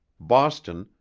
boston,